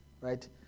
right